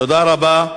תודה רבה.